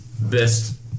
best